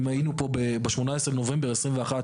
אם היינו פה ב-18 בנובמבר 2021,